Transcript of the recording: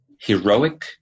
Heroic